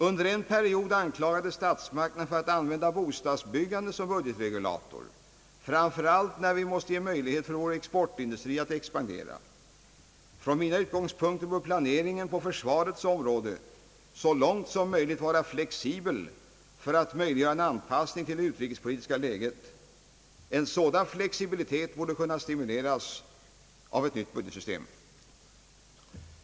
Under en period anklagades statsmakterna för att använda bostadsbyggandet som budgetregulator, framför allt när vi måste ge möjlighet för vår exportindustri att expandera. Från mina utgångspunkter bör planeringen på försvarets område så långt som möjligt vara flexibel för att möjliggöra en anpassning till det utrikespolitiska läget. En sådan flexibilitet borde kunna stimuleras av ett nytt budgetsystem.